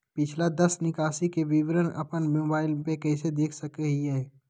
पिछला दस निकासी के विवरण अपन मोबाईल पे कैसे देख सके हियई?